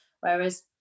whereas